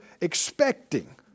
expecting